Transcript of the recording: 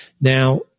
Now